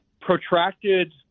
protracted